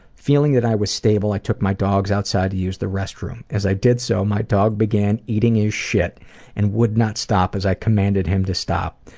feeling that i was stable, i took my dogs outside use the restroom. as i did so my dog began eating a shit and would not stop as i commanded him to stop.